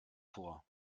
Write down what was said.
vor